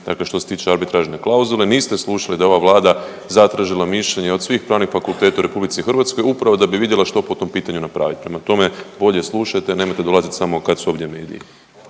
dakle što se tiče arbitražne klauzule. Niste slušali da je ova Vlada zatražila mišljenje od svih pravnih fakulteta u Republici Hrvatskoj upravo da bi vidjela što po tom pitanju napraviti. Prema tome, bolje slušajte. Nemojte dolaziti samo kad su ovdje mediji.